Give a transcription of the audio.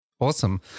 Awesome